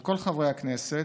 על כל חברי הכנסת,